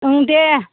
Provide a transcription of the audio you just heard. दे